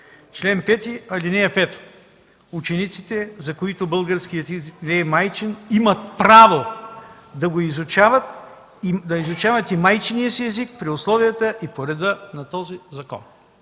„Чл. 5, ал. 5. Учениците, за които българският език не е майчин, имат право да изучават и майчиния си език, при условията и по реда на този закон”.